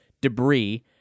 debris